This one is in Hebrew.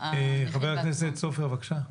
חבר הכנסת סופר, בבקשה.